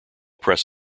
press